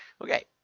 Okay